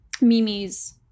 Mimi's